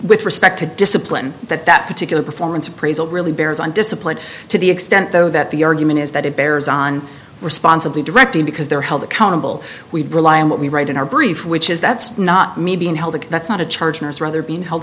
with respect to discipline that that particular performance appraisal really bears on discipline to the extent though that the argument is that it bears on responsibly directing because they're held accountable we rely on what we write in our brief which is that's not me being held to that is not a charge nurse rather being held